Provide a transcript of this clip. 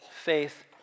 faith